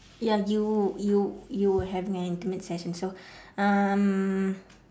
ya you you you will have an intimate session so um